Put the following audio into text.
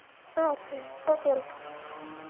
okay okay welcome